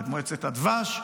ואת מועצת הדבש,